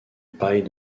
paille